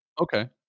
Okay